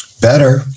Better